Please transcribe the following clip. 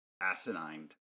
asinine